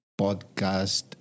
podcast